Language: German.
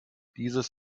dieses